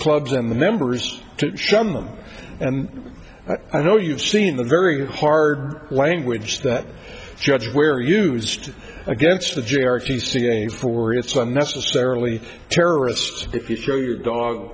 clubs and the members to shun them and i know you've seen the very hard language that judge where used against the jr if he forgets them necessarily terrorists if you show your dog